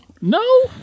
No